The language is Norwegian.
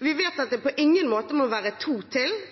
Vi vet at det på ingen måte må to til